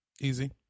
Easy